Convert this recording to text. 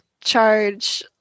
charge